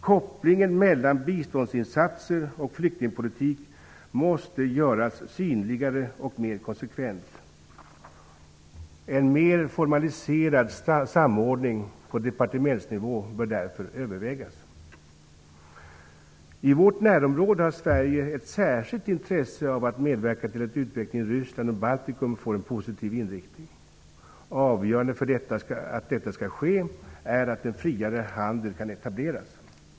Kopplingen mellan biståndsinsatser och flyktingpolitik måste göras synligare och mer konsekvent. En mer formaliserad samordning på departementsnivå bör därför övervägas. I vårt närområde har Sverige ett särskilt intresse av att medverka till att utvecklingen i Ryssland och Baltikum får en positiv inriktning. Avgörande för att detta skall ske är att en friare handel kan etableras.